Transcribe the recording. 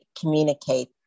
communicate